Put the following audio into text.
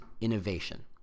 innovation